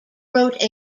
wrote